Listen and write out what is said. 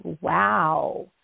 wow